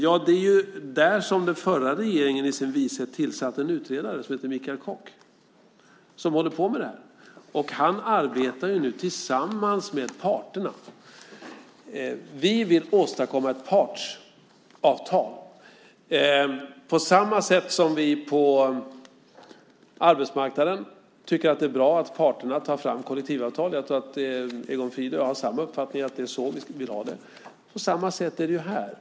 Ja, det är där som den förra regeringen i sin vishet tillsatte en utredare, Mikael Koch, som håller på med det här. Han arbetar nu tillsammans med parterna. Vi vill åstadkomma ett partsavtal. När det gäller arbetsmarknaden tycker vi att det är bra att parterna tar fram kollektivavtal - jag tror att Egon Frid och jag har samma uppfattning, att det är så vi vill ha det. På samma sätt är det här.